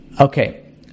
Okay